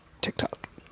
TikTok